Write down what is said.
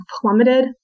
plummeted